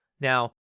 Now